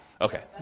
Okay